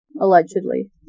allegedly